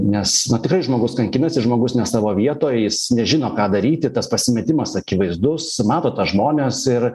nes na tikrai žmogus kankinasi žmogus ne savo vietoj jis nežino ką daryti tas pasimetimas akivaizdus mato tą žmonės ir